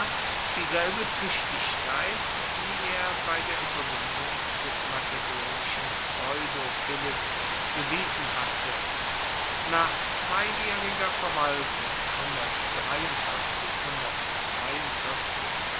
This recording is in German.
dieselbe tüchtigkeit die er bei der überwindung des makedonischen pseudophilipp bewiesen hatte nach zweijähriger verwaltung